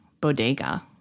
bodega